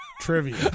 Trivia